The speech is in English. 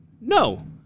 No